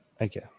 Okay